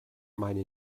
meine